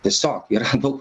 tiesiog yra daug